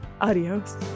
Adios